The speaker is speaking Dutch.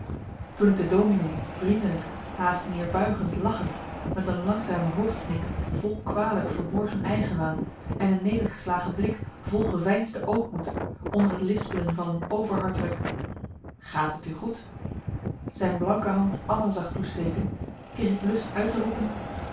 toen ik de dominee vriendelijk haast neerbuigend lachend met een langzame hoofdknik vol kwalijk verborgen eigenwaan en een nedergeslagen blik vol geveinsde ootmoed onder het lispelen van een overhartelijk gaat het u goed zijn blanke hand anna zag toesteken kreeg ik lust uit te roepen